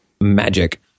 magic